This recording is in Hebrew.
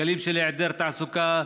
גלים של היעדר תעסוקה,